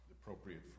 appropriate